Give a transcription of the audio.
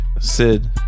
sid